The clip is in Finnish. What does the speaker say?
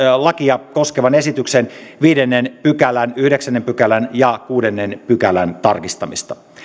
lakia koskevan esityksen viidennen pykälän yhdeksännen pykälän ja kuudennen pykälän tarkistamista